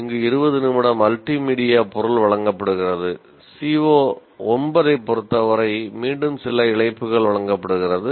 இங்கு 20 நிமிட மல்டிமீடியா பொருள் வழங்கப்படுகிறது CO9 ஐப் பொறுத்தவரை மீண்டும் சில இணைப்புகள் வழங்கப்படுகிறது